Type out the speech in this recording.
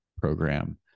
program